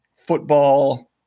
football